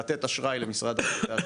לתת אשראי למשרד הקליטה,